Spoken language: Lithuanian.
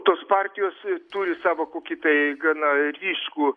tos partijos turi savo kokį tai gana ryškų